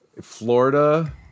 florida